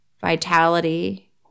vitality